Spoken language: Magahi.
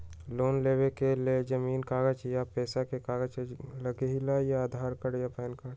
लोन लेवेके लेल जमीन के कागज या पेशा के कागज लगहई या आधार कार्ड या पेन कार्ड?